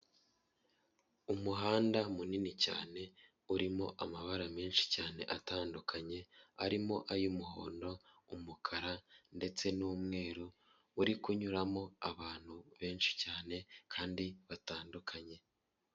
Umuhanda munini cyane urimo amabara menshi cyane atandukanye arimo ay'umuhondo, umukara, ndetse n'umweru uri kunyuramo abantu benshi cyane kandi batandukanye.